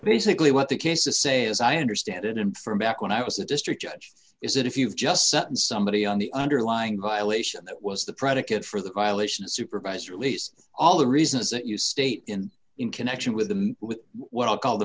basically what the cases say as i understand it and from back when i was a district judge is that if you've just sentenced somebody on the underlying violation that was the predicate for the violation supervised release all the reasons that you state in in connection with the with what i'll call the